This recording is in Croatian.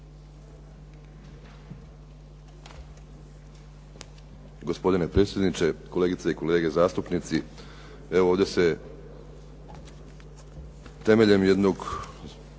Gospodine predsjedniče, kolegice i kolege zastupnici. Evo, ovdje se temeljem jednog,